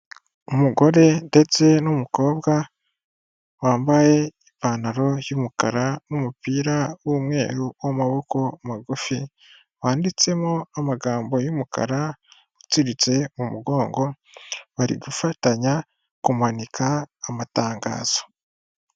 Umugore ndetse n'umukobwa wambaye ipantaro y'umukara n'umupira w'umweru w'amaboko magufi, wanditsemo amagambo y'umukara utsiritse mu mugongo, bari gufatanya kumanika amatangazo.